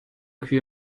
kühe